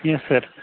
yes sir